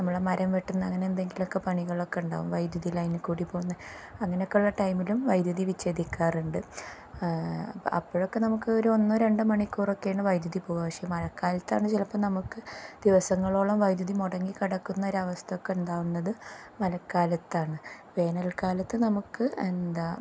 നമ്മളെ മരം വെട്ടുന്ന അങ്ങനെ എന്തെങ്കിലൊക്കെ പണികളൊക്കെ ഉണ്ടാവും വൈദ്യുതി ലൈനിൽ കൂടി പോകുന്നേ അങ്ങനൊക്കെയുള്ള ടൈമിലും വൈദ്യുതി വിച്ഛേദിക്കാറുണ്ട് അപ്പോഴൊക്കെ നമുക്ക് ഒരു ഒന്നോ രണ്ട് മണിക്കൂറൊക്കെയാണ് വൈദ്യുതി പോവുക പക്ഷെ മഴക്കാലത്താണ് ചിലപ്പോൾ നമുക്ക് ദിവസങ്ങളോളം വൈദ്യുതി മുടങ്ങി കിടക്കുന്ന ഒരു അവസ്ഥയൊക്കെ ഉണ്ടാവുന്നത് മഴക്കാലത്താണ് വേനൽക്കാലത്ത് നമുക്ക് എന്താ